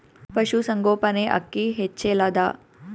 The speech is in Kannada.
ಪಶುಸಂಗೋಪನೆ ಅಕ್ಕಿ ಹೆಚ್ಚೆಲದಾ?